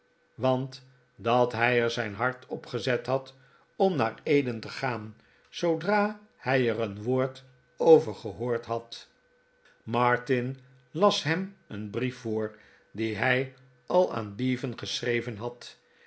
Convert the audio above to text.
want dat hij er zijn hart op gezet had om naar eden te gaan zoodra hij er een woord over gehoord had martin las hem een brief voor dien hij al aan bevan geschreven had